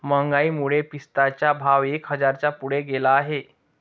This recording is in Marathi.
महागाईमुळे पिस्त्याचा भाव एक हजाराच्या पुढे गेला आहे